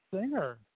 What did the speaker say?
singer